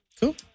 Cool